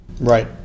Right